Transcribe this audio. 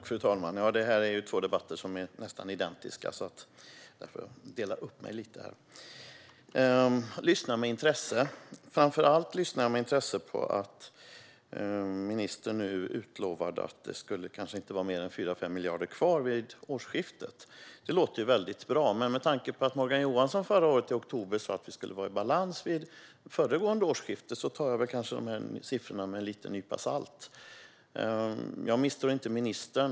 Fru talman! Det här är två nästan identiska debatter. Därför delar jag upp mig lite. Jag lyssnar med intresse, framför allt på att ministern nu utlovade att det kanske inte skulle vara mer än 4-5 miljarder kvar vid årsskiftet. Det låter bra. Men med tanke på att Morgan Johansson i oktober förra året sa att vi skulle vara i balans vid föregående årsskifte tar jag siffrorna med en nypa salt. Jag misstror inte ministern.